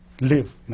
live